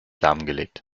lahmgelegt